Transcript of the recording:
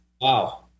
Wow